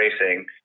racing